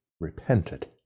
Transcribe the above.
Repented